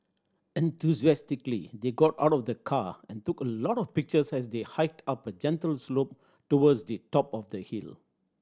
enthusiastically they got out of the car and took a lot of pictures as they hiked up a gentle slope towards the top of the hill